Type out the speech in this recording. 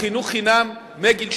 חינוך חינם מגיל שלוש,